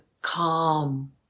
calm